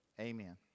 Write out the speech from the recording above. Amen